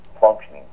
functioning